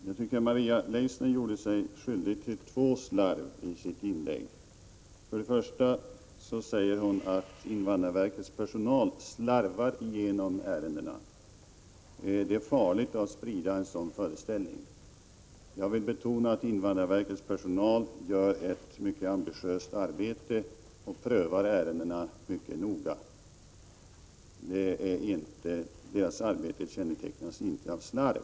Herr talman! Jag tycker att Maria Leissner gjorde sig skyldig till slarv på två punkter i sitt inlägg. Först sade hon att invandrarverkets personal slarvar igenom ärendena. Det är farligt att sprida en sådan föreställning. Jag vill betona att invandrarverkets personal gör ett mycket ambitiöst arbete och prövar ärendena mycket noga. Dess arbete kännetecknas inte av slarv.